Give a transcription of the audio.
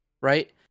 right